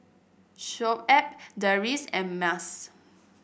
Shoaib Deris and Mas